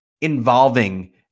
involving